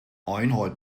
einheit